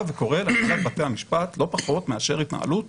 וקורא להנהלת בתי המשפט לא פחות מאשר התנהלות